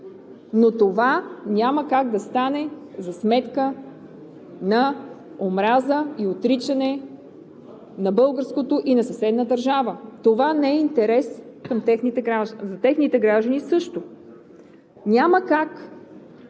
но това няма как да стане за сметка на омраза и отричане на българското и на съседна държава. Това също не в интерес за техните граждани. Няма как